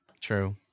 True